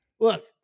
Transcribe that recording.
Look